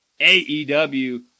AEW